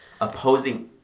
opposing